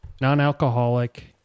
Non-alcoholic